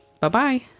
Bye-bye